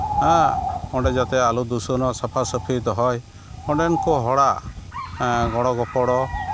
ᱚᱸᱰᱮ ᱡᱟᱛᱮ ᱟᱞᱚ ᱫᱷᱩᱥᱚᱱᱚᱜ ᱥᱟᱯᱷᱟᱼᱥᱟᱹᱯᱷᱤ ᱫᱚᱦᱚᱭ ᱚᱸᱰᱮᱱ ᱠᱚ ᱦᱚᱲᱟᱜ ᱜᱚᱲᱚ ᱜᱚᱯᱲᱚ